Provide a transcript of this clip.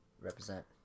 Represent